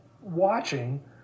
watching